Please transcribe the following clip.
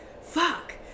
fuck